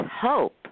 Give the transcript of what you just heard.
hope